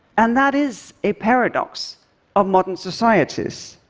and that is a paradox of modern societies.